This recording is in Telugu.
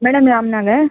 మేడమ్ రాంనగర్